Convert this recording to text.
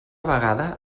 vegada